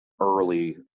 early